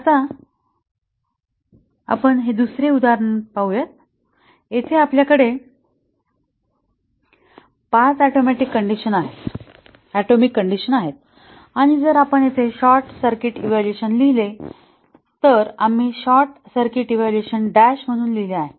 आता हे दुसरे उदाहरण आहे येथे आपल्याकडे 5 ऍटोमिक कण्डिशन आहेत आणि जर आपण येथे शॉर्ट सर्किट इव्हॅल्युएशन लिहिले तर आम्ही शॉर्ट सर्किट इव्हॅल्युएशन डॅश म्हणून लिहिले आहे